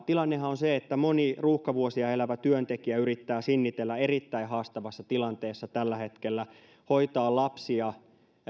tilannehan on se että moni ruuhkavuosia elävä työntekijä yrittää sinnitellä erittäin haastavassa tilanteessa tällä hetkellä hoitaa lapsia